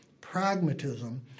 pragmatism